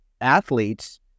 athletes